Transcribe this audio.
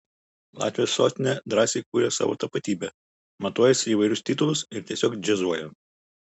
latvijos sostinė drąsiai kuria savo tapatybę matuojasi įvairius titulus ir tiesiog džiazuoja